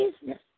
business